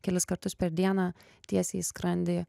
kelis kartus per dieną tiesiai į skrandį